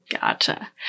Gotcha